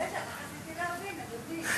בסדר, רק רציתי להבין, אדוני.